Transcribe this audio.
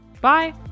Bye